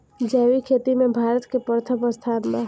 जैविक खेती में भारत का प्रथम स्थान बा